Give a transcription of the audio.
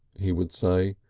he would say.